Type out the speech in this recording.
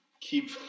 Keep